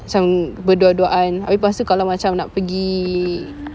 macam berdua-duaan abeh lepas tu kalau macam nak pergi